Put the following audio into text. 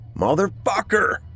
Motherfucker